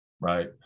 right